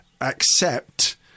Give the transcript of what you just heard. accept